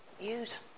use